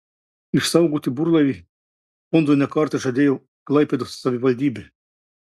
išsaugoti burlaivį fondui ne kartą žadėjo klaipėdos savivaldybė